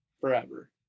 forever